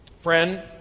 friend